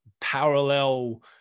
parallel